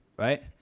Right